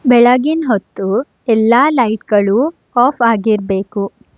ಬೆಳಗಿನ ಹೊತ್ತು ಎಲ್ಲ ಲೈಟ್ಗಳೂ ಆಫ್ ಆಗಿರಬೇಕು